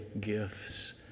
gifts